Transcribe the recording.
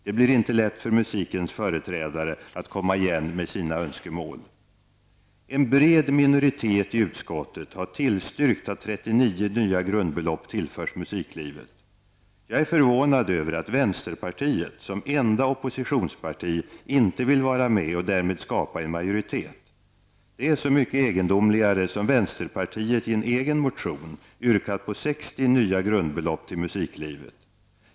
Det blir inte lätt för musikens företrädare att komma igen med sina önskemål. En bred minoritet i utskottet har tillstyrkt att 39 nya grundbelopp tillförs musiklivet. Jag är förvånad över att vänsterpartiet som enda oppositionsparti inte vill vara med och därmed skapa en majoritet. Det är så mycket egendomligare som vänsterpartiet i en egen motion yrkar på 60 nya grundbelopp till musiklivet.